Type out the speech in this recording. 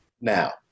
now